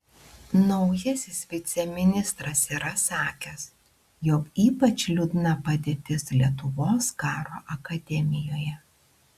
naujasis viceministras yra sakęs jog ypač liūdna padėtis lietuvos karo akademijoje